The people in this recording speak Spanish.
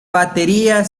batería